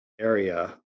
area